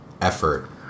effort